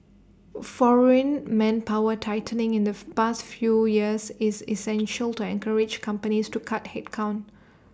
foreign manpower tightening in the past few years is essential to encourage companies to cut headcount